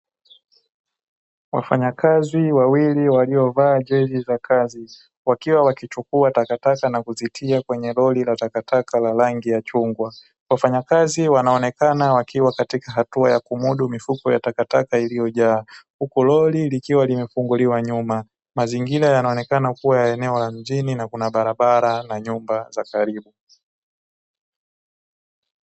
Wafanyakazi wawili waliovaa jezi za kazi wakiwa wanachukua takataka na kuzitia kwenye lori la takataka la rangi ya chungwa, wafanyakazi wanaonekana wakiwa katika hatua ya kumudu mifuko ya takataka iliyo jaa huku lori likiwa limefunguliwa nyuma. Mazingira yanaonekana kuwa ya eneo la mjini na kuna barabara na nyumba za karibu.